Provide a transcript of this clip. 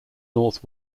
north